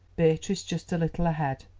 beatrice just a little ahead.